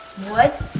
what?